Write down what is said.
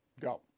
Go